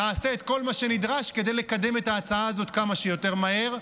נעשה את כל מה שנדרש כדי לקדם את ההצעה הזאת כמה שיותר מהר.